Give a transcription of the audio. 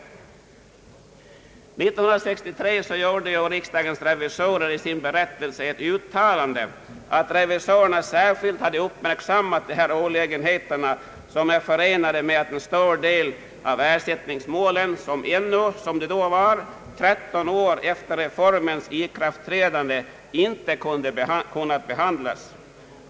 År 1963 gjorde riksdagens revisorer i sin berättelse ett uttalande att revisorerna särskilt uppmärksammat de olägenheter som är förenade med att en så stor del av ersättningsmålen ännu vid denna tid — alltså då tretton år efter reformens ikraftträdande — inte hunnit behandlas.